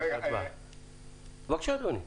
בבקשה, אדוני.